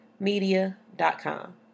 media.com